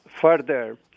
further